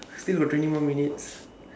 still got twenty more minutes